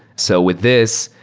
so with this,